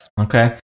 Okay